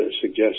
suggest